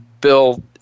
Bill